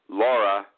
laura